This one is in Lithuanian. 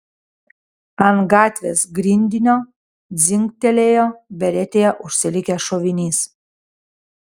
ant gatvės grindinio dzingtelėjo beretėje užsilikęs šovinys